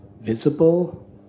visible